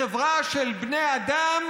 בחברה של בני אדם,